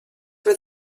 were